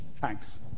Thanks